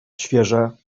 świeże